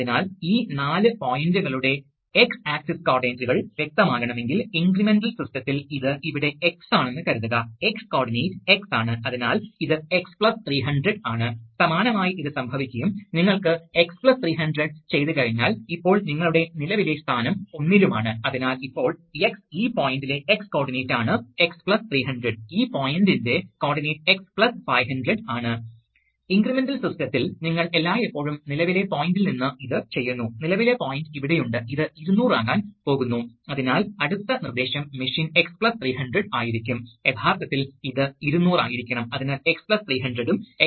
അതുപോലെ നിങ്ങൾക്ക് electronic interfacing നടത്താം ഇത് കുറച്ചുകൂടി വിശാലമായ കോൺഫിഗറേഷനാണെന്ന് കാണുക അതിനാൽ നിങ്ങൾക്ക് സിഗ്നലുകളുടെ ഇലക്ട്രിക് ഫീഡ്ബാക്ക് ഒന്നുകിൽ സ്ഥാനചലനം ആകാം അതിനാൽ നിങ്ങൾക്ക് സ്ഥാന സെൻസറുകൾ ഉണ്ടാകാം അല്ലെങ്കിൽ നമ്മൾ ചർച്ച ചെയ്തതുപോലെ നിങ്ങൾക്ക് പ്രഷർ സെൻസിംഗ് നടത്താം അതിനാൽ ഈ ഇലക്ട്രിക് ഫീഡ്ബാക്ക് ചില ട്രാൻസ്മിഷൻ സാങ്കേതികവിദ്യ ഉപയോഗിക്കുന്ന സെൻസറുകളിൽ നിന്നാണ് ലഭിക്കുന്നത്